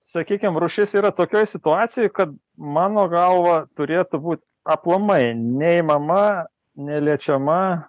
sakykim rūšis yra tokioj situacijoj kad mano galva turėtų būt aplamai neimama neliečiama